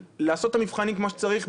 לעשות את המבחנים כמו שצריך,